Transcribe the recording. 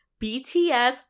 BTS